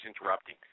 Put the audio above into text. interrupting